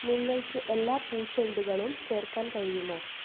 നിങ്ങൾക്ക് എല്ലാ പൂച്ചെണ്ടുകളും ചേർക്കാൻ കഴിയുമോ